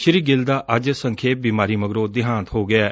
ਸ੍ਰੀ ਗਿੱਲ ਦਾ ਅੱਜ ਸੰਖੇਪ ਬਿਮਾਰੀ ਮਗਰੋਂ ਦੇਹਾਂਤ ਹੋ ਗਿਐ